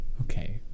Okay